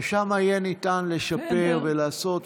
ושם יהיה ניתן לשפר ולעשות.